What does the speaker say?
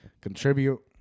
contribute